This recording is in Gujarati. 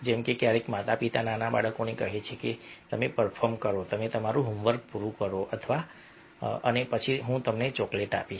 જેમ કે ક્યારેક માતા પિતા નાના બાળકોને કહે છે કે તમે પરફોર્મ કરો તમે તમારું હોમવર્ક પૂરું કરો અને પછી હું તમને ચોકલેટ આપીશ